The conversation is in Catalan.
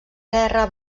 guerra